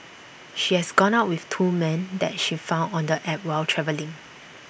she has gone out with two men that she found on the app while travelling